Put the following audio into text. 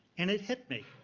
and it hit me.